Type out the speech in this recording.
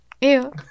ew